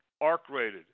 arc-rated